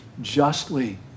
justly